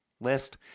list